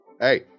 Hey